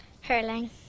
Hurling